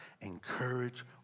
encourage